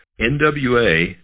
NWA